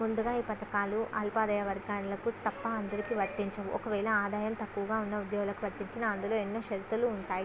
ముందుగా ఈ పథకాలు అల్పాదయ వర్గాలకు తప్ప అందరికీ వర్తించవు ఒకవేళ ఆదాయం తక్కువగా ఉన్న ఉద్యోగులకు వర్తించిన అందులో ఎన్నో షరతులు ఉంటాయి